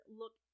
look